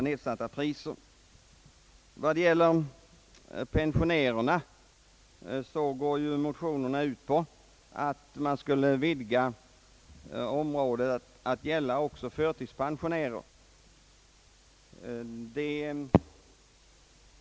När det gäller pensionärerna går ju motionerna ut på att reserabatterna skulle utsträckas även till förtidspensionärer.